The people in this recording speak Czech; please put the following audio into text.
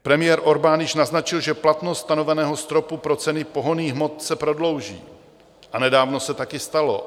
Premiér Orbán již naznačil, že platnost stanoveného stropu pro ceny pohonných hmot se prodlouží, a nedávno se také stalo.